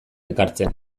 ekartzen